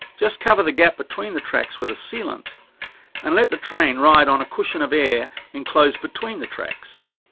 just cover the gap between the tracks with a sealant and let the train ride on a cushion of air enclosed between the tracks.